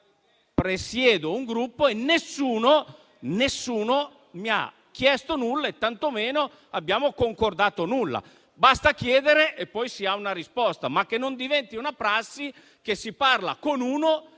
presiedo un Gruppo, ma nessuno mi ha chiesto nulla e tantomeno abbiamo concordato nulla. Basta chiedere e si ha una risposta, ma che non diventi una prassi che si parla con uno